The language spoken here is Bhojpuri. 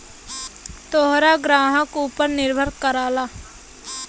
तोहार ग्राहक ऊपर निर्भर करला